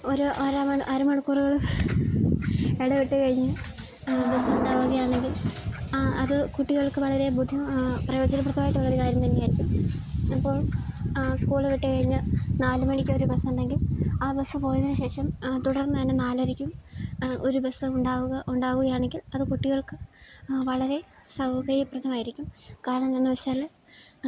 ഒരു അര മണിക്കൂറുകൾ ഇടവിട്ട് കഴിഞ്ഞു ബസ് ഉണ്ടാവുകയാണെങ്കിൽ അത് കുട്ടികൾക്ക് വളരെ ബുദ്ധി പ്രയോജനപ്രദമായിട്ടുള്ള ഒരു കാര്യം തന്നെ ആയിരിക്കും അപ്പോൾ സ്കൂള് വിട്ട് കഴിഞ്ഞു നാല് മണിക്ക് ഒരു ബസുണ്ടെങ്കിൽ ആ ബസ്സ് പോയതിന് ശേഷം തുടർന്ന് തന്നെ നാലരയ്ക്കും ഒരു ബസ്സ് ഉണ്ടാവുക ഉണ്ടാവുകയാണെങ്കിൽ അത് കുട്ടികൾക്ക് വളരെ സൗകര്യപ്രദമായിരിക്കും കാരണം എന്താണെന്നു വച്ചാൽ